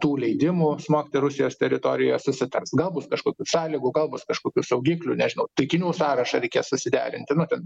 tų leidimų smogti rusijos teritorijo susitars gal bus kažkokių sąlygų gal bus kažkokių saugiklių nežinau taikinių sąrašą reikės susiderinti nu ten